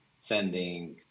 sending